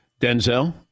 Denzel